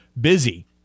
Busy